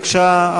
בבקשה,